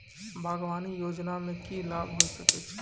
बागवानी योजना मे की लाभ होय सके छै?